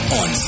on